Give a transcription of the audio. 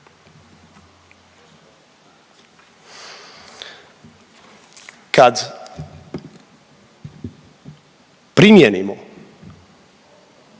Kad primijenimo